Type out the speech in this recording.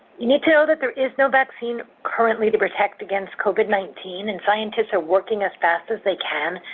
you need to know that there is no vaccine currently to protect against covid nineteen, and scientists are working as fast as they can.